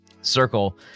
Circle